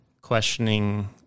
questioning